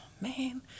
man